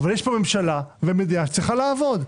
אבל יש פה ממשלה ומדינה שצריכה לעבוד.